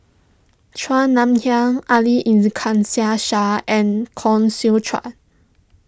Chua Nam Hai Ali Shah and Koh Seow Chuan